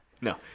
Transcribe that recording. No